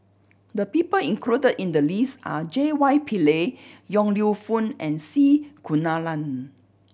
the people included in the list are J Y Pillay Yong Lew Foong and C Kunalan